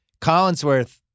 Collinsworth